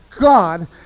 God